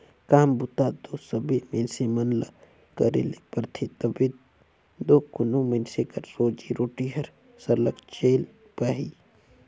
काम बूता दो सबे मइनसे मन ल करे ले परथे तबे दो कोनो मइनसे कर रोजी रोटी हर सरलग चइल पाही